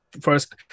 first